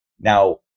Now